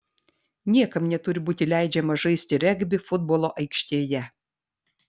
niekam neturi būti leidžiama žaisti regbį futbolo aikštėje